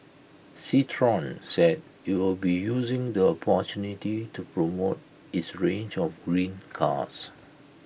citroen said IT will be using the opportunity to promote its range of green cars